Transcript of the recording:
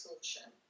solution